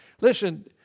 listen